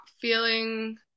feeling